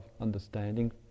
understanding